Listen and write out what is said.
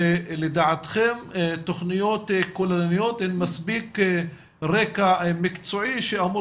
שלדעתכם תכניות כוללניות הן מספיק רקע מקצועי שאמור